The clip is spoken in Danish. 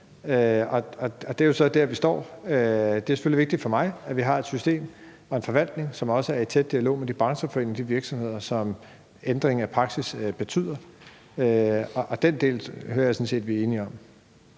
og det er jo så der, vi står. Det er selvfølgelig vigtigt for mig, at vi har et system og en forvaltning, som også er i tæt dialog med de brancheforeninger og de virksomheder, som ændringen af praksis har en betydning for. Den del hører jeg sådan set at vi er enige om.